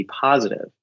positive